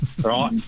right